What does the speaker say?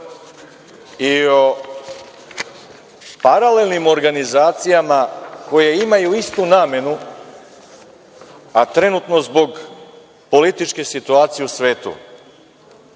i o paralelnim organizacijama koje imaju istu namenu, a trenutno zbog političke situacije u svetu